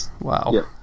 Wow